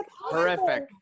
horrific